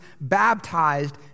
baptized